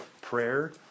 Prayer